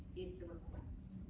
it's a request.